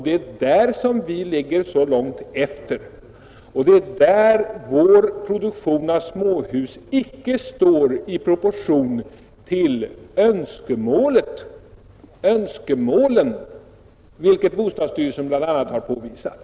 Det är där som vi ligger så långt efter, och det är där som vår produktion av småhus icke står i proportion till önskemålen, vilket bostadsstyrelsen bl.a. har påvisat.